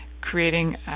creating